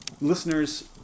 Listeners